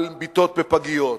על מיטות בפגיות,